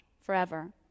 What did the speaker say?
forever